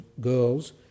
girls